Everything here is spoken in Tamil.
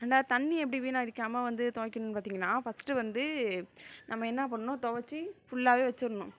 ரெண்டாவது தண்ணி எப்படி வீணாடிக்காமல் வந்து துவைக்கணும்னு பார்த்தீங்கன்னா ஃபர்ஸ்ட்டு வந்து நம்ம என்ன பண்ணணும் துவைச்சி ஃபுல்லாகவே வச்சுரணும்